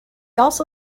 also